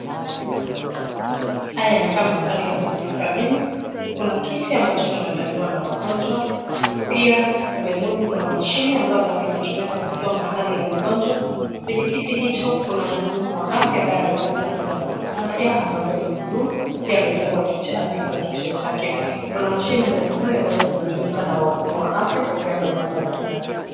Haya yanakaa mandhari ya hospitalini. Kuna kiti ambacho kinakaliwa na wagonjwa pia pembezoni kuna mashine ambayo labda inatumika kusoma hali ya mgonjwa. Kwenye kiti hicho kuna mhudumu wa afya ambaye amevaa sare za afya ambazo ni buluu pia amefunga kichwa chake. Kuna mashine mbalimbali ambazo zinatumika na wahudumu wa afya kupeana huduma za kiafya.